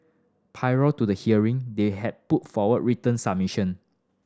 prior to the hearing they had put forward written submission